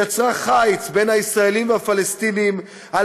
יצרה חיץ בין הישראלים לפלסטינים על